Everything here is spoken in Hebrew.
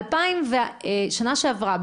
בשנה שעברה,